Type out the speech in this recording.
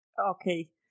Okay